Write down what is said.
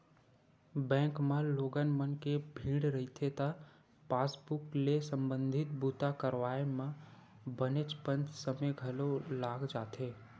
bank म लोगन मन के भीड़ रहिथे त पासबूक ले संबंधित बूता करवाए म बनेचपन समे घलो लाग जाथे